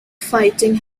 fighting